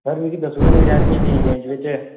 sir मिगी दस्सी ओड़ो कोई रैड मी दी रेंज बिच